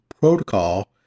Protocol